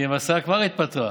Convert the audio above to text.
כי השרה כבר התפטרה.